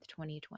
2020